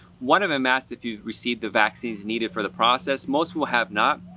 one of them asks if you've receive the vaccines needed for the process. most people have not.